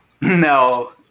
No